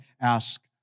ask